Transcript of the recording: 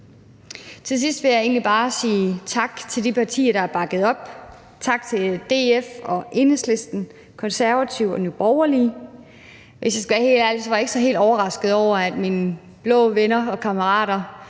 Til sidst vil jeg egentlig bare sige tak til de partier, der har bakket op. Tak til DF og Enhedslisten, Konservative og Nye Borgerlige. Hvis jeg skal være helt ærlig, var jeg ikke sådan helt overrasket over, at mine blå venner og kammerater,